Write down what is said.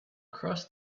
crossed